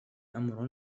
أمر